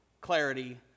clarity